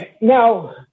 Now